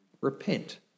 repent